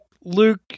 Luke